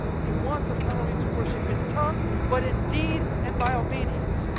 he wants us not only to worship in tongue, but in deed and by obedience.